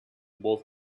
both